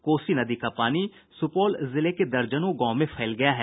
कोसी नदी का पानी सुपौल जिले के दर्जनों गांव में फैल गया है